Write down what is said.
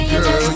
Girl